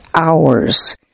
hours